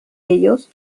ellos